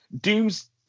Doom's